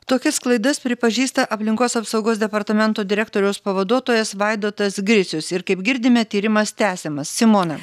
tokias klaidas pripažįsta aplinkos apsaugos departamento direktoriaus pavaduotojas vaidotas gricius ir kaip girdime tyrimas tęsiamas simona